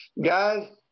Guys